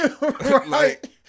Right